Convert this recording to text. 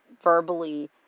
verbally